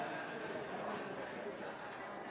presidenten